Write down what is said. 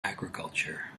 agriculture